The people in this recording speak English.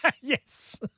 Yes